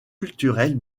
culturels